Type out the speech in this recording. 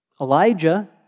Elijah